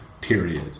period